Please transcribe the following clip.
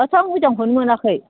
माथो आं मोजांखौनो मोनाखै